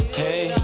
hey